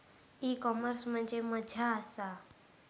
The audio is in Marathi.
ई कॉमर्स म्हणजे मझ्या आसा?